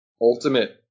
ultimate